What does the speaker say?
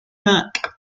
mac